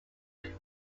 rats